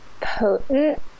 potent